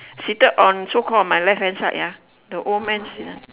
seated on so called my left hand side ya the old man